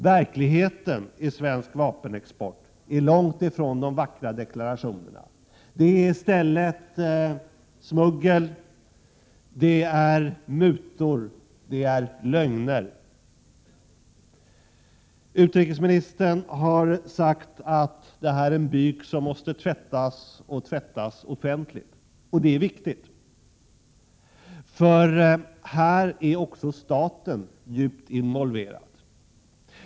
Verkligheten i svensk vapenexport är således långt ifrån de vackra deklarationerna. Det är i stället smuggel, mutor och lögner. Utrikesministern har sagt att det här är en byk som måste tvättas offentligt, och det är viktigt. I denna byk är även staten djupt involverad.